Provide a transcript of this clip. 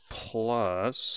plus